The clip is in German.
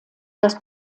das